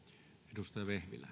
arvoisa